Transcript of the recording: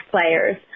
players